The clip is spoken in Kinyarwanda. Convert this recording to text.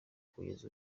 kugeza